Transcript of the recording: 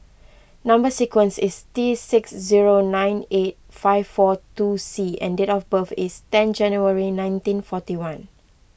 Number Sequence is T six zero nine eight five four two C and date of birth is ten January nineteen forty one